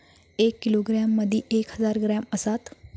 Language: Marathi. एक किलोग्रॅम मदि एक हजार ग्रॅम असात